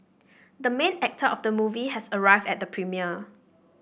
the main actor of the movie has arrived at the premiere